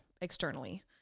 externally